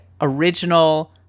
original